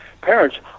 Parents